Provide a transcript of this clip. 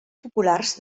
populars